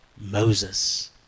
Moses